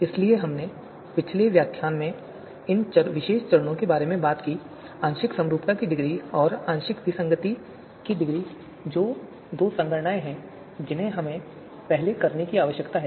इसलिए हमने पिछले व्याख्यान में इन विशेष चरणों के बारे में बात की आंशिक समरूपता की डिग्री और आंशिक विसंगति की डिग्री जो कि दो संगणनाएं हैं जिन्हें हमें पहले करने की आवश्यकता है